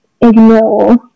ignore